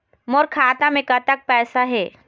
मोर खाता मे कतक पैसा हे?